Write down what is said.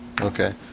Okay